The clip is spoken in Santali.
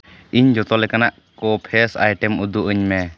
ᱤᱧ ᱡᱚᱛᱚ ᱞᱮᱠᱟᱱᱟᱜ ᱠᱚ ᱯᱷᱮᱥ ᱟᱭᱴᱮᱢ ᱩᱫᱩᱜ ᱟᱹᱧ ᱢᱮ